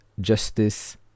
justice